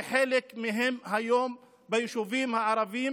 שחלק מהם היום ביישובים הערביים,